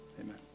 Amen